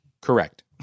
Correct